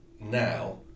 Now